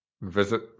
Visit